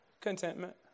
Contentment